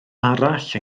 arall